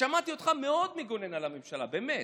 שמעתי אותך מאוד מגונן על הממשלה, באמת.